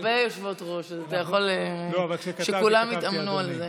אנחנו הרבה יושבת-ראש, אז שכולם יתאמנו על זה.